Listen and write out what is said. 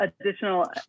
additional